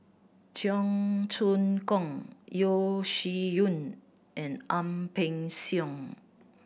Cheong Choong Kong Yeo Shih Yun and Ang Peng Siong